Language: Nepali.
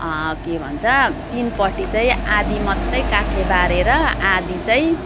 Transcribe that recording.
के भन्छ तिनपट्टि चाहिँ आधी मात्रै काठले बारेर आधी चाहिँ